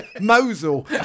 Mosul